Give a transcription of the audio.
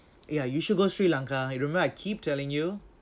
ya you should go sri lanka remember I keep telling you